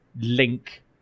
link